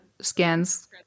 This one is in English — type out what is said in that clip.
scans